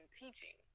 teaching